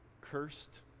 cursed